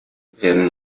werden